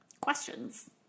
questions